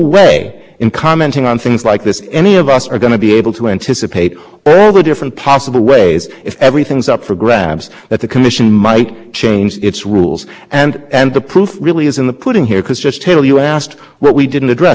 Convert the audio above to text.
we were highly motivated after the president came out with his statement urging the broadest possible regulation to put everything in the record that we could that would respond to what the commission looked like it was now going to do after this whole n p r m changed course and we did put